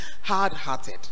hard-hearted